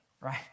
right